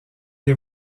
les